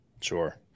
sure